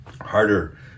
harder